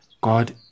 god